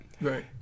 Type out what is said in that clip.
Right